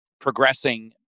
progressing